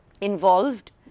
involved